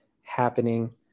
happening